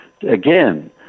again